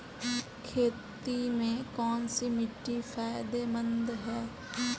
खेती में कौनसी मिट्टी फायदेमंद है?